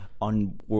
on